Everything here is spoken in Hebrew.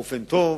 באופן טוב,